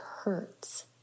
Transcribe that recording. Hurts